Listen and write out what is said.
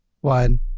one